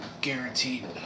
guaranteed